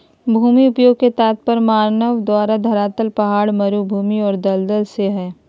भूमि उपयोग के तात्पर्य मानव द्वारा धरातल पहाड़, मरू भूमि और दलदल से हइ